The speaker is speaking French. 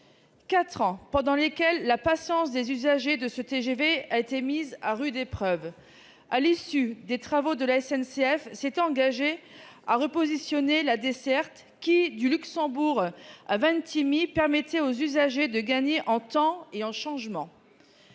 au cours duquel la patience des usagers de ce TGV a été mise à rude épreuve. À l'issue des travaux, la SNCF s'était engagée à repositionner la desserte qui, du Luxembourg à Vintimille, permettait aux usagers de gagner du temps et de réduire